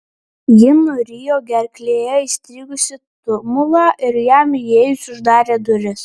ji nurijo gerklėje įstrigusį tumulą ir jam įėjus uždarė duris